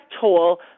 toll